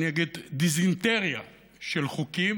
דיזנטריה של חוקים,